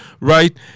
right